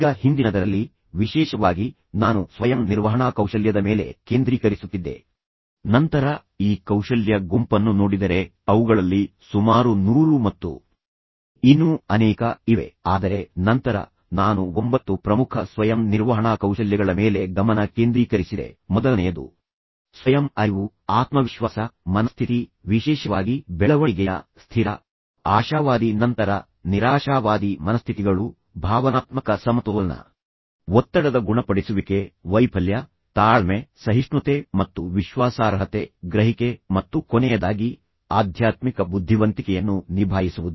ಈಗ ಹಿಂದಿನದರಲ್ಲಿ ವಿಶೇಷವಾಗಿ ನಾನು ಸ್ವಯಂ ನಿರ್ವಹಣಾ ಕೌಶಲ್ಯದ ಮೇಲೆ ಕೇಂದ್ರೀಕರಿಸುತ್ತಿದ್ದೆ ಮತ್ತು ನಂತರ ನೀವು ಈ ಕೌಶಲ್ಯ ಗುಂಪನ್ನು ನೋಡಿದರೆ ಅವುಗಳಲ್ಲಿ ಸುಮಾರು 100 ಮತ್ತು ಇನ್ನೂ ಅನೇಕ ಇವೆ ಆದರೆ ನಂತರ ನಾನು 9 ಪ್ರಮುಖ ಸ್ವಯಂ ನಿರ್ವಹಣಾ ಕೌಶಲ್ಯಗಳ ಮೇಲೆ ಗಮನ ಕೇಂದ್ರೀಕರಿಸಿದೆ ಮೊದಲನೆಯದು ಸ್ವಯಂ ಅರಿವು ಆತ್ಮವಿಶ್ವಾಸ ಮನಸ್ಥಿತಿ ವಿಶೇಷವಾಗಿ ಬೆಳವಣಿಗೆಯ ಮನಸ್ಥಿತಿ ಮತ್ತು ಸ್ಥಿರ ಮನಸ್ಥಿತಿ ಆಶಾವಾದಿ ಮನಸ್ಥಿತಿ ಮತ್ತು ನಂತರ ನಿರಾಶಾವಾದಿ ಮನಸ್ಥಿತಿ ಭಾವನಾತ್ಮಕ ಸಮತೋಲನ ಒತ್ತಡದ ಗುಣಪಡಿಸುವಿಕೆ ವೈಫಲ್ಯ ತಾಳ್ಮೆ ಸಹಿಷ್ಣುತೆ ಮತ್ತು ವಿಶ್ವಾಸಾರ್ಹತೆ ಗ್ರಹಿಕೆ ಮತ್ತು ಕೊನೆಯದಾಗಿ ಆಧ್ಯಾತ್ಮಿಕ ಬುದ್ಧಿವಂತಿಕೆಯನ್ನು ನಿಭಾಯಿಸುವುದು